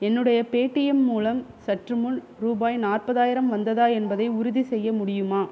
என்னுடைய பேடீஎம் மூலம் சற்றுமுன் ரூபாய் நாற்பதாயிரம் வந்ததா என்பதை உறுதிசெய்ய முடியுமா